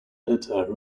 editor